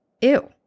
ew